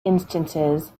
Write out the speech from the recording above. instances